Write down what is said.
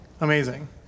Amazing